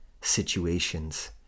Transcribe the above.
situations